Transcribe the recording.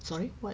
sorry what